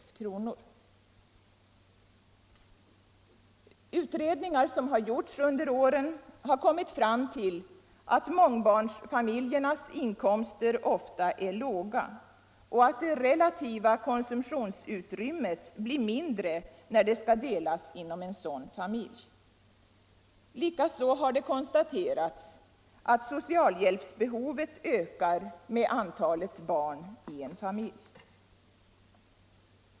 Utredningar som gjorts under åren har kommit fram till att mångbarnsfamiljernas inkomster ofta är låga och att det relativa konsumtionsutrymmet blir mindre när det skall delas inom en sådan familj. Likaså har det konstaterats att socialhjälpsbehovet ökade med antalet barn i en familj.